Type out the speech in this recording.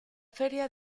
feria